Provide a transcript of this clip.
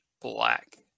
black